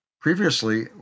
previously